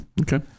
Okay